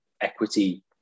equity